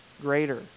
greater